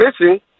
missing